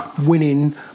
winning